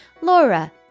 Laura